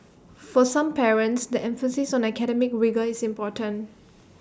for some parents the emphasis on academic rigour is important